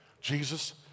Jesus